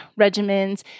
regimens